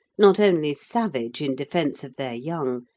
not only savage in defence of their young,